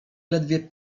ledwie